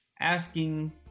asking